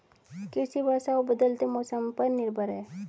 कृषि वर्षा और बदलते मौसम पर निर्भर है